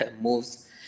moves